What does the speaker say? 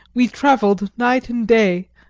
we travelled night and day,